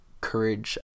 courage